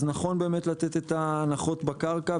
אז נכון לתת את ההנחות בקרקע,